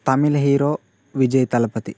Tamil hero Vijay Thalapathy